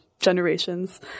generations